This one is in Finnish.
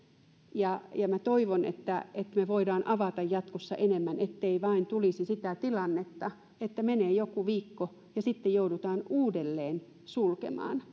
toivon että me voimme avata jatkossa enemmän ettei vain tulisi sitä tilannetta että menee joku viikko ja sitten joudutaan uudelleen sulkemaan